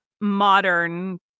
modern